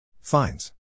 Fines